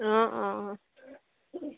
অঁ অঁ অঁ